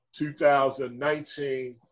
2019